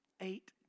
eight